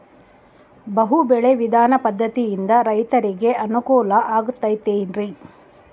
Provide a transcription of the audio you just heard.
ಬಹು ಬೆಳೆ ವಿಧಾನ ಪದ್ಧತಿಯಿಂದ ರೈತರಿಗೆ ಅನುಕೂಲ ಆಗತೈತೇನ್ರಿ?